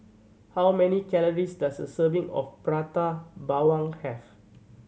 how many calories does a serving of Prata Bawang have